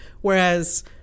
whereas